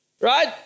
right